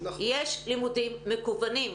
יש לימודים מקוונים -- כן.